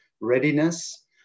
readiness